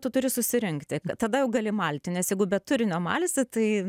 tu turi susirinkti tada jau gali malti nes jeigu be turinio malsi tai